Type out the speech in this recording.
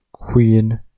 Queen